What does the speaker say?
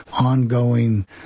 ongoing